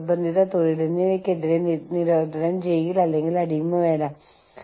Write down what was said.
നിങ്ങൾക്കറിയാമോ കൊക്കകോള അപ്പോൾ ഘട്ടംഘട്ടമായി നിർത്തലാക്കപ്പെട്ടിരുന്നു